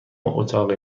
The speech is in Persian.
اتاقی